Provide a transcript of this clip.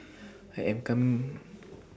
I Am Come